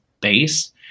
base